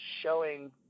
showing